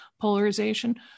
polarization